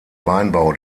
weinbau